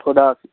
خدا حافظ